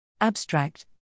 Abstract